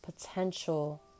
potential